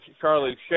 Charlie